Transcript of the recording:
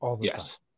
yes